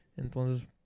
Entonces